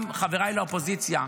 גם חבריי מהאופוזיציה,